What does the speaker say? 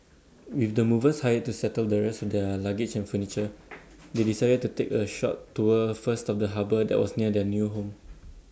with the movers hired to settle the rest their luggage and furniture they decided to take A short tour first of the harbour that was near their new home